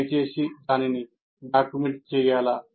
దయచేసి దానిని డాక్యుమెంట్ చేయాలా